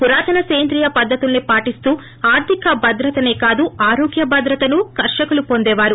పురాతన సేంద్రీయ పద్దతుల్స్ పాటిస్తూ ఆర్గిక భద్రతనే కాదు ఆరోగ్య భద్రతనూ కర్షకులు పొందేవారు